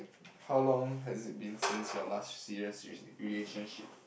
how long has it been since your last serious re~ relationship